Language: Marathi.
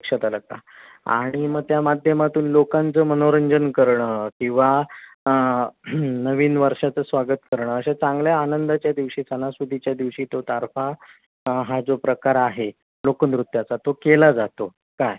आणि मग त्या माध्यमातून लोकांचं मनोरंजन करणं किंवा नवीन वर्षाचं स्वागत करणं अशा चांगल्या आनंदाच्या दिवशी सणासुदीच्या दिवशी तो तारपा हा जो प्रकार आहे लोकनृत्याचा तो केला जातो काय